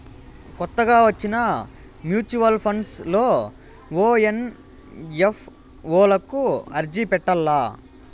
కొత్తగా వచ్చిన mutual funds లో ఓ ఎన్.ఎఫ్.ఓ లకు అర్జీ పెట్టల్ల